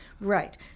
Right